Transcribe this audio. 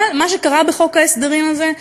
אבל מה שקרה בחוק ההסדרים הזה,